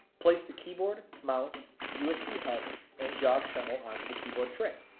place the keyboard mouse, usb hub, and jog shuttle, onto the keyboard tray,